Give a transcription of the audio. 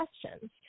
questions